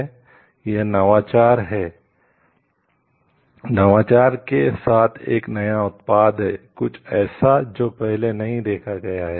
यह नवाचार के साथ एक नया उत्पाद है कुछ ऐसा जो पहले नहीं देखा गया है